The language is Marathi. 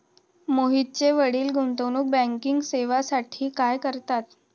मोहितचे वडील गुंतवणूक बँकिंग सेवांसाठी काम करतात